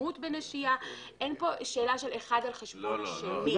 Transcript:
קדימות בנשייה, אין פה שאלה של אחד על חשבון השני.